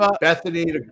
Bethany